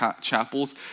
chapels